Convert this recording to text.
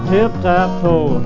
Tip-tap-toe